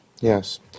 Yes